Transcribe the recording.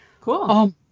Cool